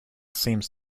seems